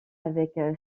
avec